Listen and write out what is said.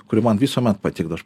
kuri man visuomet patikdavo aš